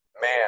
Man